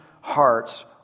hearts